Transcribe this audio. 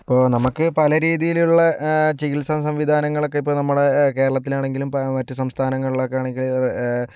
ഇപ്പോൾ നമ്മൾക്ക് പല രീതിയിലുള്ള ചികിത്സ സംവിധാങ്ങളൊക്കെ ഇപ്പോൾ നമ്മുടെ കേരളത്തിലാണെങ്കിലും ഇപ്പോൾ മറ്റു സംസ്ഥാനങ്ങളിലൊക്കെയാണെങ്കിലും